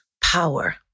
power